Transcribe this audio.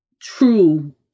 true